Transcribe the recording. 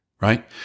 right